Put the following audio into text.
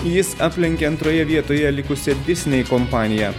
jis aplenkė antroje vietoje likusią disnei kompaniją